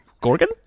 Gorgon